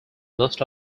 most